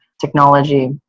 technology